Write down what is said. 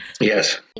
Yes